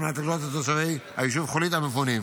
על מנת לקלוט את תושבי היישוב חולית המפונים,